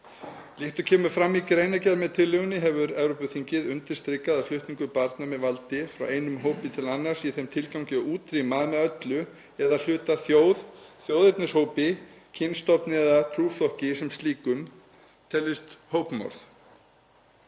Líkt og kemur fram í greinargerð með tillögunni hefur Evrópuþingið undirstrikað að flutningur barna með valdi frá einum hópi til annars í þeim tilgangi að útrýma með öllu eða að hluta þjóð, þjóðernishópi, kynstofni eða trúflokki sem slíkum teljist hópmorð.